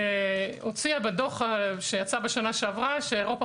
הוציאה בדוח שיצא בשנה שעברה שאירופה